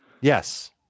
Yes